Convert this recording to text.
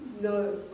no